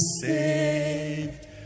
saved